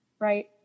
Right